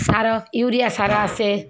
ସାର urea ସାର ଆସେ